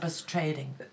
trading